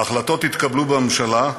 ההחלטות התקבלו בממשלה,